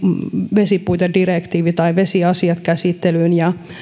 vesipuitedirektiivi tai vesiasiat käsittelyyn